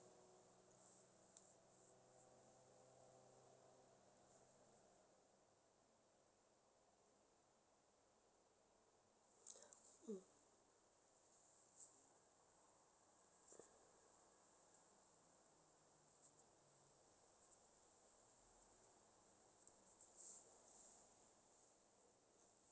mm